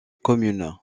commune